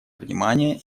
внимание